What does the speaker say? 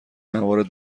موارد